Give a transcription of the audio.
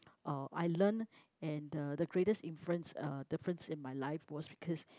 uh I learn and the the greatest influence uh difference in my life was because